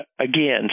again